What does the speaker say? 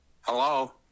Hello